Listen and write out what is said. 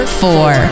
four